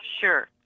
Sure